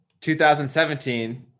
2017